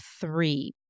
three